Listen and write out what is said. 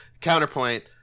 counterpoint